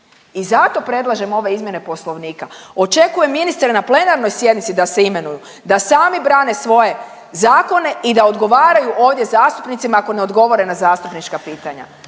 I zato predlažem ove izmjene Poslovnika. Očekujem ministre na plenarnoj sjednici da se imenuju, da sami brani svoje zakone i da odgovaraju ovdje zastupnicima ako ne odgovore na zastupnička pitanja,